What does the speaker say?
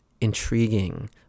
intriguing